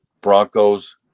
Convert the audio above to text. Broncos